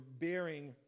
bearing